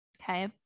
Okay